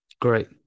great